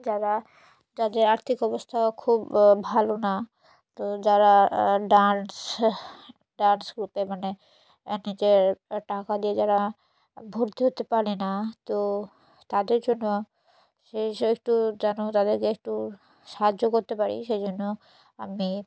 যারা যাদের আর্থিক অবস্থাও খুব ভালো না তো যারা ডান্স ডান্স গ্রুপে মানে নিজের টাকা দিয়ে যারা ভর্তি হতে পারে না তো তাদের জন্য সেই সে একটু যেন তাদেরকে একটু সাহায্য করতে পারি সেই জন্য আমি